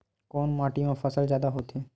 कोन माटी मा फसल जादा होथे?